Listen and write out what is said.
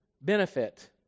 benefit